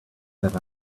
that